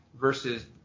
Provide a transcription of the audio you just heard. versus